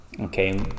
Okay